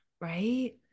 right